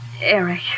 Eric